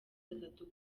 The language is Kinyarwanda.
atatu